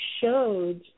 showed